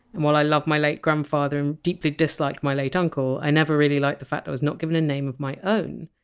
and while i love my late grandfather and deeply disliked my late uncle, i never really liked the fact i was not given a name of my own.